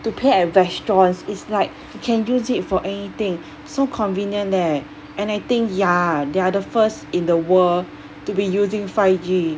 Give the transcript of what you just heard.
to pay at restaurants it's like you can use it for anything so convenient eh and I think ya they are the first in the world to be using five g